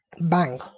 Bang